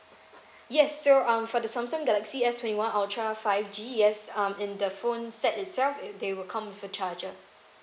yes so uh for the samsung galaxy S twenty one ultra five G yes um in the phone set itself it they will come with the charger